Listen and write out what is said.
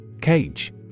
Cage